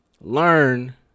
Learn